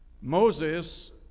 Moses